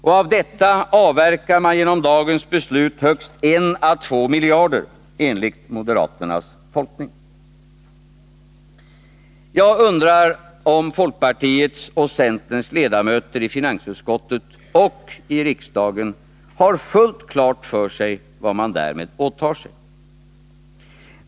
Och av detta avverkar man genom dagens beslut högst 1 å 2 miljarder, enligt moderaternas tolkning. Jag undrar om folkpartiets och centerns ledamöter i finansutskottet och i riksdagen har fullt klart för sig vad man därmed åtar sig.